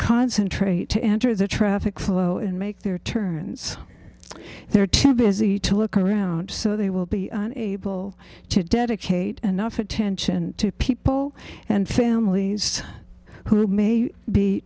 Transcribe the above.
concentrate to enter the traffic flow and make their turn so they're too busy to look around so they will be able to dedicate enough attention to people and families who may be